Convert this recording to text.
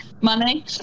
money